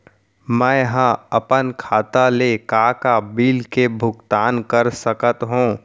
मैं ह अपन खाता ले का का बिल के भुगतान कर सकत हो